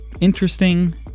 interesting